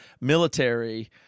military